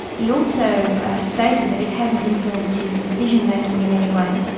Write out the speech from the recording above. he also stated that it hadn't influenced his decision-making in any way.